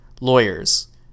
lawyers